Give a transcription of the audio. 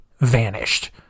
vanished